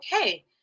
okay